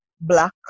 black